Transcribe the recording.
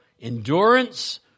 endurance